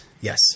yes